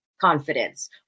confidence